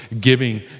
giving